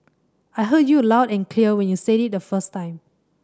I heard you loud and clear when you said it the first time